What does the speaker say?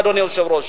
אדוני היושב-ראש.